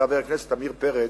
חבר הכנסת עמיר פרץ,